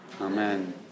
Amen